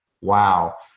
wow